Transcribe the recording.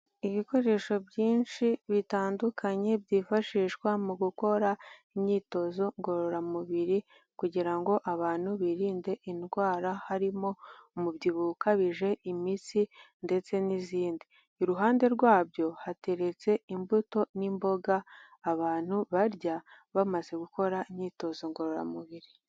Ibikoresho byinshi bitandukanye byifashishwa mu gukora imyitozo ngororamubiri kugira ngo abantu birinde indwara, harimo umubyibuho ukabije, imitsi ndetse n'izindi, iruhande rwabyo hateretse imbuto n'imboga abantu barya bamaze gukora imyitozo ngororamubiri.